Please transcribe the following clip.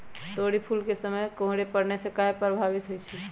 तोरी फुल के समय कोहर पड़ने से काहे पभवित होई छई?